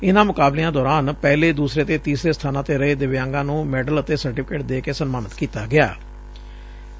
ਇਨ੍ਹਾਂ ਮੁਕਾਬਲਿਆਂ ਦੌਰਾਨ ਪਹਿਲੇ ਦੂਸਰੇ ਤੇ ਤੀਸਰੇ ਸਥਾਨਾਂ ਤੇ ਰਹੇ ਦਿਵਿਆਂਗਾਂ ਨੂੰ ਮੈਡਲ ਅਤੇ ਸਰਟੀਫ਼ਿਕੇਟ ਦੇ ਕੇ ਸਨਮਾਨਿਤ ਕੀਤਾ ਗਿਆੋ